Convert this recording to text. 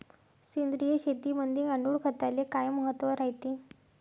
सेंद्रिय शेतीमंदी गांडूळखताले काय महत्त्व रायते?